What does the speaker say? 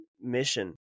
mission